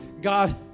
God